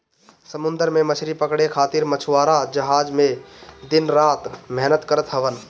समुंदर में मछरी पकड़े खातिर मछुआरा जहाज पे दिन रात मेहनत करत हवन